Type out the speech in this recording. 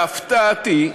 להפתעתי,